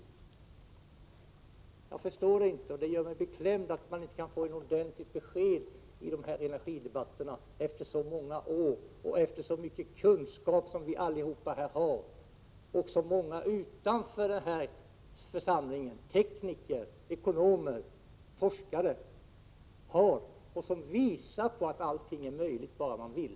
APR TS Jag förstår inte varför man inte, och det gör mig beklämd, efter så många år kan få ett ordentligt besked i dessa energidebatter. Med den stora kunskap som vi allihop här har och som många utanför den här församlingen — tekniker, ekonomer, forskare — har, vet vi ju att allting är möjligt bara man vill.